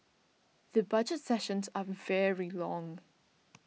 the Budget sessions are very long